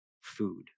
food